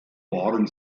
waren